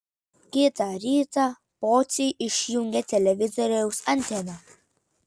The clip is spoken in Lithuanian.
kitą rytą pociai išjungė televizoriaus anteną